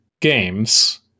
games